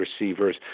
receivers